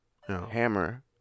hammer